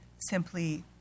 simply